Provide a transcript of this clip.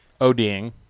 ODing